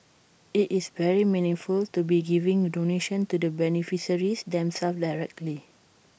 IT is very meaningful to be giving donations to the beneficiaries themselves directly